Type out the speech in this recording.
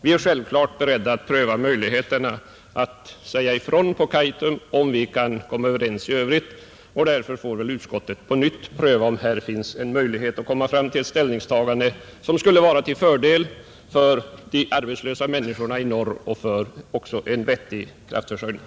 Vi är självfallet beredda att pröva möjligheterna att säga ifrån i fråga om Kaitum, om vi kan komma överens i övrigt, och därför får väl utskottet på nytt pröva om det finns möjlighet för ett ställningstagande som skulle vara till fördel för de arbetslösa människorna i norr och även för en vettig kraftförsörjning.